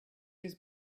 his